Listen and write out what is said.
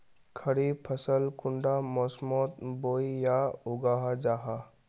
खरीफ फसल कुंडा मोसमोत बोई या उगाहा जाहा?